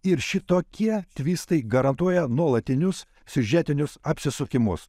ir šitokie tvistai garantuoja nuolatinius siužetinius apsisukimus